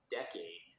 decade